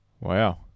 Wow